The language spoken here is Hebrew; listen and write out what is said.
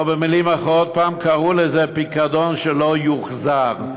או במילים אחרות, פעם קראו לזה פיקדון שלא יוחזר.